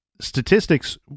statistics